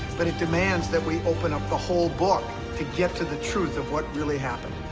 but it demands that we open up the whole book to get to the truth of what really happened.